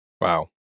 Wow